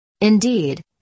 Indeed